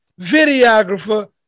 videographer